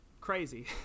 crazy